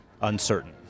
uncertain